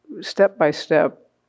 step-by-step